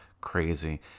Crazy